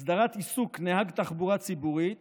עיסוק נהג תחבורה ציבורית